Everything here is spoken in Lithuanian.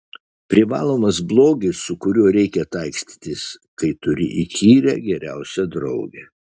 privalomas blogis su kuriuo reikia taikstytis kai turi įkyrią geriausią draugę